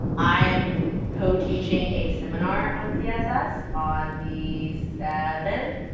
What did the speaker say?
i am co-teaching a seminar on css on the seventh.